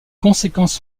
conséquences